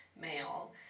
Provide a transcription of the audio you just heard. male